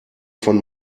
von